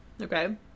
Okay